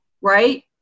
Right